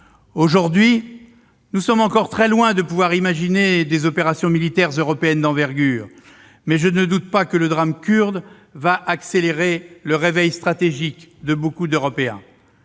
Aujourd'hui, nous sommes encore très loin de pouvoir imaginer des opérations militaires européennes d'envergure, mais je ne doute pas que le drame kurde va accélérer le réveil stratégique de beaucoup d'Européens.